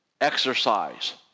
exercise